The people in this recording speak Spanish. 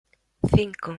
cinco